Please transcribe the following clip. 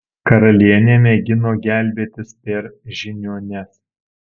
karalienė mėgino gelbėtis per žiniuones